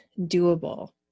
doable